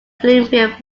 bloomfield